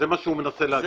זה מה שהוא מנסה להגיד.